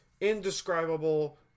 indescribable